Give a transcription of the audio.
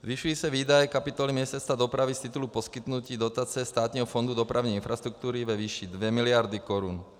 Zvyšují se výdaje kapitoly Ministerstva dopravy z titulu poskytnutí dotace Státního fondu dopravní infrastruktury ve výši 2 mld. korun.